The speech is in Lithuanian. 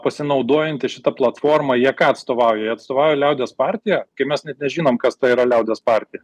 pasinaudojantys šita platforma jie ką atstovauja jie atstovauja liaudies partiją kai mes net nežinom kas tai yra liaudies partija